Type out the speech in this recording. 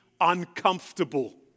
uncomfortable